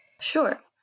Sure